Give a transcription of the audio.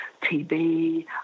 TB